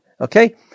okay